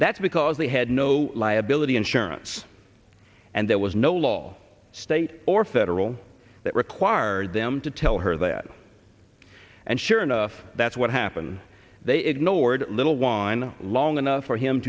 that because they had no liability insurance and there was no law state or federal that required them to tell her that and sure enough that's what happen they ignored little wine long enough for him